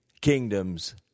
kingdoms